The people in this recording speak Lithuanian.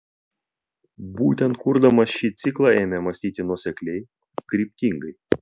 būtent kurdamas šį ciklą ėmė mąstyti nuosekliai kryptingai